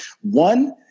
one